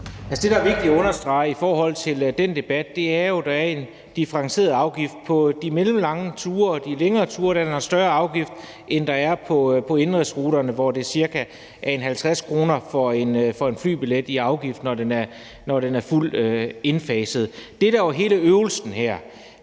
Det, der er vigtigt at understrege i forhold til den debat, er, at der er en differentieret afgift. På de mellemlange ture og de længere ture er der en større afgift, end der er på indenrigsruterne, hvor det cirka er 50 kr. i afgift på en flybillet, når afgiften er fuldt indfaset. Det, der jo er hele øvelsen her,